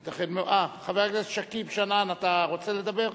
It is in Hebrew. אה, חבר הכנסת שכיב שנאן, אתה רוצה לדבר?